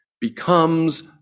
becomes